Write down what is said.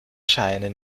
scheine